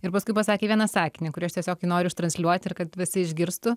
ir paskui pasakė vieną sakinį kurį aš tiesiog jį noriu ištransliuoti ir kad visi išgirstų